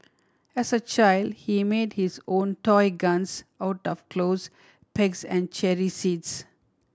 as a child he made his own toy guns out of clothes pegs and cherry seeds